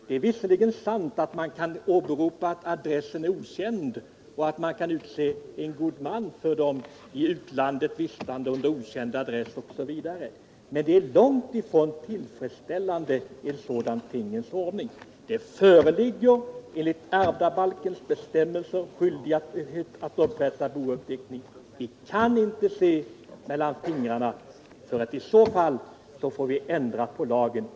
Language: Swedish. Det är visserligen sant att man kan åberopa att adressen är okänd och att man kan utse god man för personer som vistas i utlandet under okänd adress. Men en sådan tingens ordning är långt ifrån tillfredsställande. Det föreligger enligt ärvdabalkens bestämmelse skyldighet att upprätta bouppteckning. Vi kan inte se mellan fingrarna, för i så fall får vi ändra på lagen.